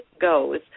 goes